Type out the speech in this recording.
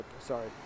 sorry